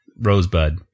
Rosebud